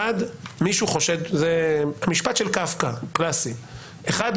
זה משפט קלאסי של קפקא - אחד,